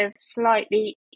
slightly